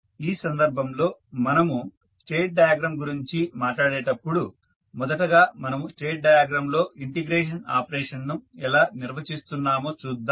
ఈ సందర్భంలో మనము స్టేట్ డయాగ్రమ్ గురించి మాట్లాడేటప్పుడు మొదటగా మనము స్టేట్ డయాగ్రమ్ లో ఇంటిగ్రేషన్ ఆపరేషన్ ను ఎలా నిర్వచిస్తున్నామో చూద్దాం